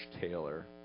Taylor